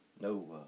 No